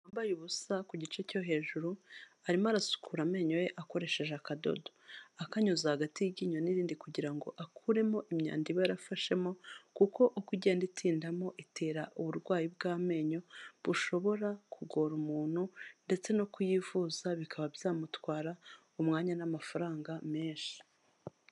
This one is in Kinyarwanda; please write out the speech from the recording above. Umugabo wambaye ubusa ku gice cyo hejuru arimo arasukura amenyo ye akoresheje akadodo akanyuza hagati y'iyinyo n'irindi kugira ngo akuremo imyanda iba yarafashemo, kuko uko igenda itindamo itera uburwayi bw'amenyo bushobora kugora umuntu ndetse no kuyivuza bikaba byamutwara umwanya n'amafaranga menshi.